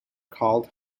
called